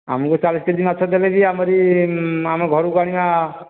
ଆମକୁ ଚାଳିଶ K G ମାଛ ଦେଲେ ଯାଇ ଆମରି ଆମ ଘରକୁ ଆଣିବା